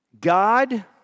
God